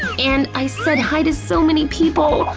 and i said hi to so many people!